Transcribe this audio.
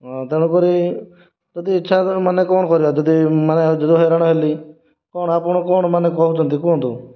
ହଁ ତେଣୁକରି ଯଦି ଇଛା ମାନେ କ'ଣ କରିବା ଯଦି ମାନେ ଯଦି ହଇରାଣ ହେଲି କ'ଣ ଆପଣ କ'ଣ ମାନେ କହୁଛନ୍ତି କୁହନ୍ତୁ